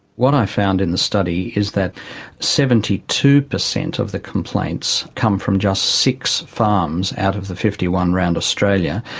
what i found in the study is that seventy two percent of the complaints come from just six farms out of the fifty one round australia,